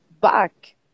back